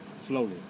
slowly